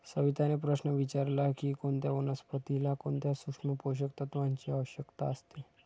सविताने प्रश्न विचारला की कोणत्या वनस्पतीला कोणत्या सूक्ष्म पोषक तत्वांची आवश्यकता असते?